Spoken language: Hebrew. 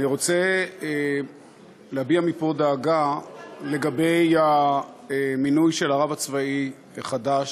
אני רוצה להביע מפה דאגה לגבי המינוי של הרב הצבאי הראשי החדש.